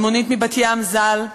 אלמונית מבת-ים ז"ל,